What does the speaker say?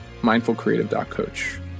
mindfulcreative.coach